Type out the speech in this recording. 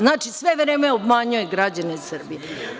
Znači sve vreme obmanjuje građane Srbije.